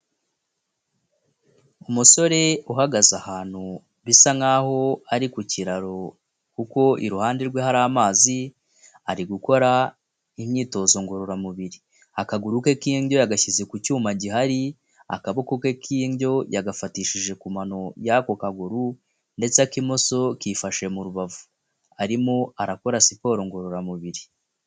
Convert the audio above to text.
Umusore uhagaze ahantu bisa nkaho ari ku kiraro kuko iruhande rwe hari amazi, ari gukora imyitozo ngororamubiri, akaguru ke k'indyo yagashyize ku cyuma gihari, akaboko ke k'indyo yagafatishije ku mano y'ako kaguru ndetse ak'imoso kifashe mu rubavu, arimo arakora siporo ngororamubiri.